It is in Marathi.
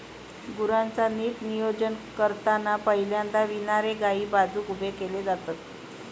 गुरांचा नीट नियोजन करताना पहिल्यांदा विणारे गायी बाजुक उभे केले जातत